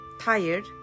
tired